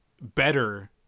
better